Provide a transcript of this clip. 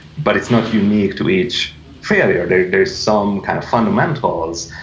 but it's not unique to each failure. there's some kind of fundamentals.